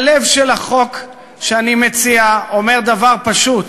הלב של החוק שאני מציע אומר דבר פשוט: